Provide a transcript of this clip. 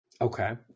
Okay